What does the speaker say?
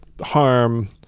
harm